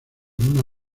una